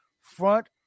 front